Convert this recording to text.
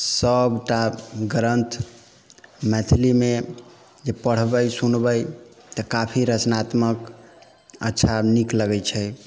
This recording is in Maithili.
सबटा ग्रन्थ मैथिलीमे जे पढ़बै सुनबै तऽ काफी रचनात्मक अच्छा नीक लगै छै